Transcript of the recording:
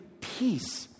peace